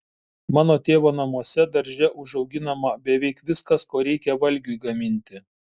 mano tėvo namuose darže užauginama beveik viskas ko reikia valgiui gaminti